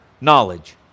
Knowledge